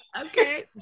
Okay